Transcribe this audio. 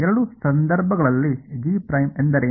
ಎರಡೂ ಸಂದರ್ಭಗಳಲ್ಲಿ G' ಎಂದರೇನು